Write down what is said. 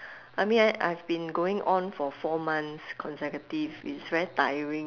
I mean I I've been going on for four months consecutive it's very tiring